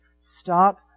stop